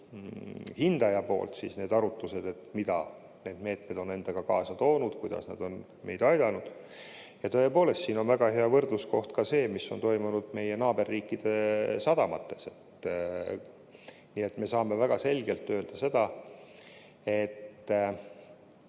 hindaja poolt arvutused, mida need meetmed on endaga kaasa toonud ja kuidas nad on meid aidanud. Tõepoolest, siin on väga hea võrdluskoht ka see, mis on toimunud meie naaberriikide sadamates. Nii et me saame väga selgelt öelda,